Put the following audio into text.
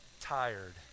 Tired